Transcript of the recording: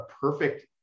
perfect